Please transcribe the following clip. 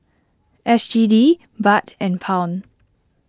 S G D Baht and Pound